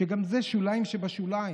וגם זה שוליים שבשוליים,